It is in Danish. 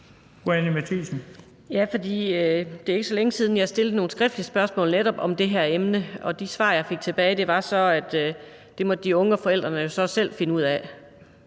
Det er ikke så længe siden, jeg stillede nogle skriftlige spørgsmål om netop det her emne, og de svar, jeg fik tilbage, var, at det måtte de unge og forældrene så selv finde ud af.